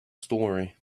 story